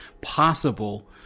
possible